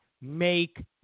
make